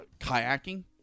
kayaking